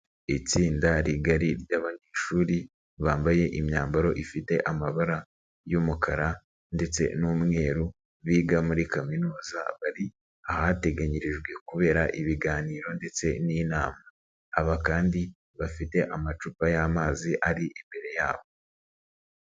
Itsinda rigari ry'abanyeshuri bambaye imyambaro ifite amabara y'umukara ndetse n'umweru biga muri kaminuza bari ahateganyirijwe kubera ibiganiro ndetse n'inama. Aba kandi bafite amacupa y'amazi ari imbere yabo.